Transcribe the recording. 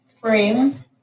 frame